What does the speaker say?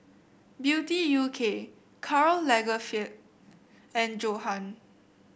Beauty U K Karl Lagerfeld and Johan